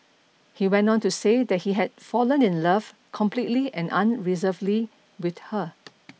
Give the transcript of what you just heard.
he went on to say that he had fallen in love completely and unreservedly with her